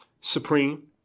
Supreme